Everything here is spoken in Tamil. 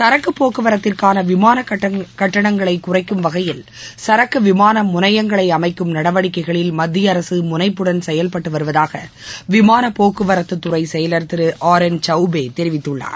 சரக்கு போக்குவரத்திற்கான விமான கட்டணங்களை குறைக்கும் வகையில் சரக்கு விமான முனையங்களை அமைக்கும் நடவடிக்கைகளில் மத்திய அரசு முனைப்புடன் செயல்பட்டு வருவதாக விமான போக்குவரத்துறை செயலர் திரு ஆர் என் சௌபே தெரிவித்துள்ளார்